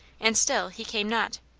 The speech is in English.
and still he came not.